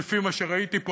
לפי מה שראיתי פה,